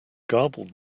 garbled